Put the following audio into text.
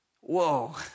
Whoa